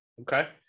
Okay